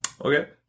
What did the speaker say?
Okay